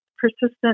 persistent